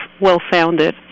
well-founded